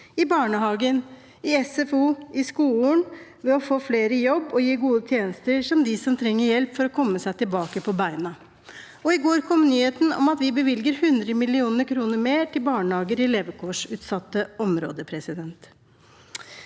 i barnehagen, i SFO, i skolen, ved å få flere i jobb og ved å gi gode tjenester til dem som trenger hjelp for å komme seg tilbake på beina. I går kom nyheten om at vi bevilger 100 mill. kr mer til barnehager i levekårsutsatte områder.